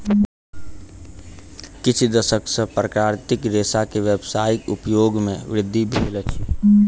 किछ दशक सॅ प्राकृतिक रेशा के व्यावसायिक उपयोग मे वृद्धि भेल अछि